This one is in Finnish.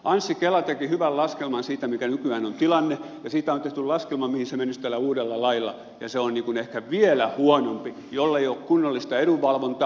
anssi kela teki hyvän laskelman siitä mikä nykyään on tilanne ja on tehty laskelma mihin se menisi tällä uudella lailla ja se on niin kuin ehkä vielä huonompi jollei ole kunnollista edunvalvontaa